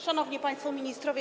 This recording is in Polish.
Szanowni Państwo Ministrowie!